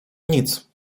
nic